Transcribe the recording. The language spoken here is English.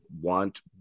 want